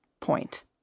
point